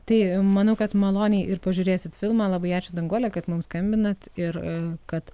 tai manau kad maloniai ir pažiūrėsit filmą labai ačiū danguole kad mum skambinat ir kad